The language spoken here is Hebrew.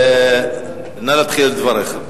נא להתחיל את דבריך.